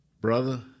Brother